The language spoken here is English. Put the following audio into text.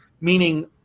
meaning